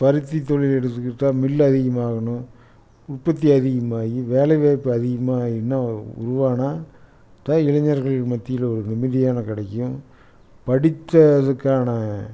பருத்தி தொழில் எடுத்துக்கிட்டால் மில்லு அதிகமாக வேணும் உற்பத்தி அதிகமாகி வேலைவாய்ப்பு அதிகமாகி இன்னும் உருவாகினா தான் இளைஞர்கள் மத்தியில் ஒரு நிம்மதியான கிடைக்கும் படிச்சதுக்கான